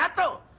but go